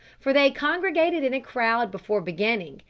for they congregated in a crowd before beginning,